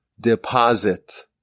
deposit